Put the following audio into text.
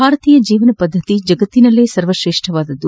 ಭಾರತೀಯ ಜೀವನಪದ್ದತಿ ಜಗತ್ತಿನಲ್ಲೇ ಸರ್ವಶ್ರೇಷ್ಠವಾಗಿದೆ